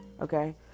Okay